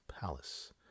Palace